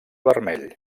vermell